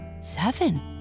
seven